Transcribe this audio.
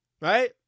right